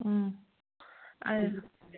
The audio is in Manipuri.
ꯎꯝ